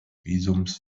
visums